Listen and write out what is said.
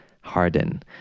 harden